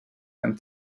and